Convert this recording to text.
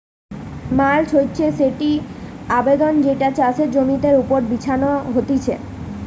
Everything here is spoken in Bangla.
মাল্চ হচ্ছে সেটি আচ্ছাদন যেটা চাষের জমির ওপর বিছানো হতিছে